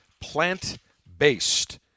plant-based